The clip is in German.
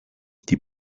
die